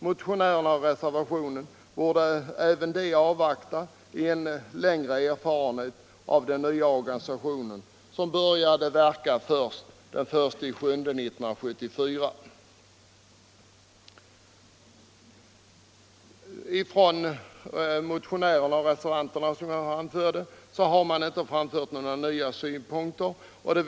Motionärerna och reservanterna torde även de behöva avvakta en längre tids erfarenhet av den nya organisationen, som trädde i kraft först den 1 juli 1974. Motionärerna och reservanterna har, som jag anförde, inte framfört några nva synpunkter på ärendet.